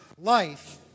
Life